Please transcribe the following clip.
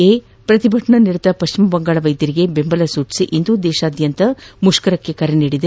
A ಪ್ರತಿಭಟನಾ ನಿರತ ಪಶ್ಚಿಮ ಬಂಗಾಳ ವೈದ್ಯರಿಗೆ ಬೆಂಬಲ ಸೂಚಿಸಿ ಇಂದು ದೇಶದಾದ್ಯಂತ ಮುಷ್ನ ರಕ್ನೆ ಕರೆ ನೀಡಿದೆ